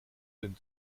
den